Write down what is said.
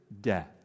death